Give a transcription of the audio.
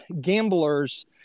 gamblers